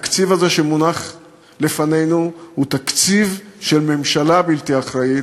התקציב הזה שמונח לפנינו הוא תקציב של ממשלה בלתי אחראית,